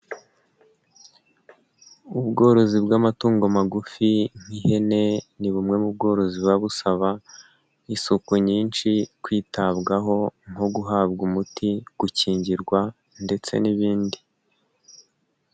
Ubworozi bw'amatungo magufi nk'ihene ni bumwe mu bworozi buba busaba isuku nyinshi, kwitabwaho nko guhabwa umuti ,gukingirwa ndetse n'ibindi.